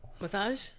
Massage